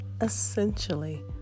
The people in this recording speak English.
essentially